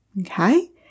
Okay